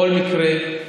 בכל מקרה,